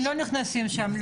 לא נכנסים שם.